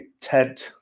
Ted